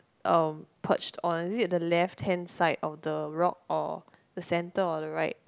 um perched on is it the left hand side of the rock or the center or the right